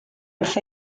wrth